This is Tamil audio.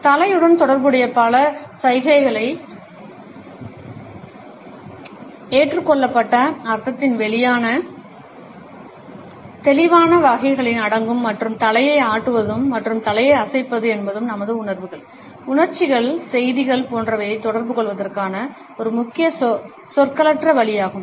தலையுடன் தொடர்புடைய பல சைகைகள் ஏற்றுக்கொள்ளப்பட்ட அர்த்தத்தின் தெளிவான வகைகளில் அடங்கும் மற்றும் தலையை ஆட்டுவது மற்றும் தலையை அசைப்பது என்பதும் நமது உணர்வுகள் உணர்ச்சிகள் செய்திகள் போன்றவற்றைத் தொடர்புகொள்வதற்கான ஒரு முக்கிய சொற்களற்ற வழியாகும்